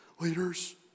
leaders